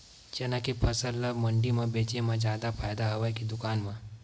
चना के फसल ल मंडी म बेचे म जादा फ़ायदा हवय के दुकान म?